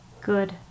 Good